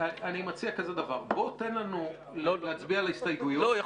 אני מציע כזה דבר: תן לנו להצביע על ההסתייגויות,